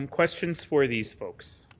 um questions for these folks.